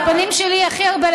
הפנים שלי הכי הרבה,